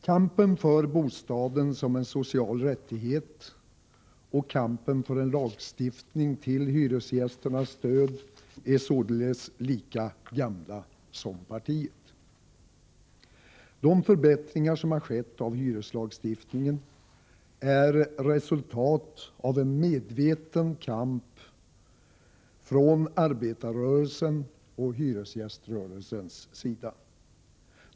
Kampen för bostaden som en social rättighet och kampen för lagstiftning till hyresgästernas stöd är således lika gamla som partiet. De förbättringar som har skett av hyreslagstiftningen är resultat av en medveten kamp från arbetarrörelsens och hyresgäströrelsens sida.